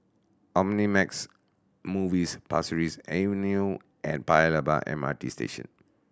Omnimax Movies Pasir Ris Avenue and Paya Lebar M R T Station